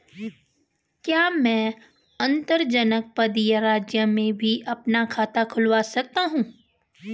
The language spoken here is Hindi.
क्या मैं अंतर्जनपदीय राज्य में भी अपना खाता खुलवा सकता हूँ?